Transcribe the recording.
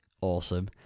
Awesome